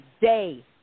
day